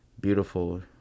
beautiful